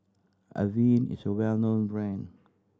Avene is a well known brand